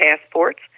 passports